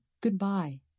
goodbye